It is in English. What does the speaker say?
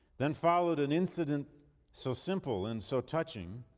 then followed an incident so simple and so touching,